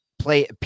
play